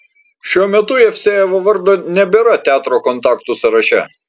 šiuo metu jevsejevo vardo nebėra teatro kontaktų sąraše